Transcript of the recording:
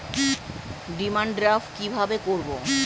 Demand draft কীভাবে করব?